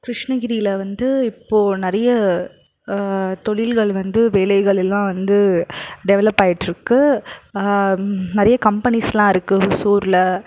கிருஷ்ணகிரியில வந்து இப்போ நிறைய தொழில்கள் வந்து வேலைகள் எல்லாம் வந்து டெவலப் ஆயிட்டுருக்கு நிறைய கம்பெனிஸ்லாம் இருக்கு ஒசூரில்